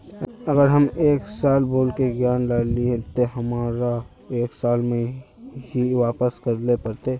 अगर हम एक साल बोल के ऋण लालिये ते हमरा एक साल में ही वापस करले पड़ते?